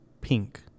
Pink